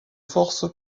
force